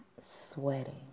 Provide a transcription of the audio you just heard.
sweating